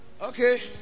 Okay